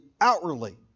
outwardly